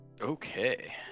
okay